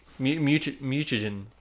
Mutagen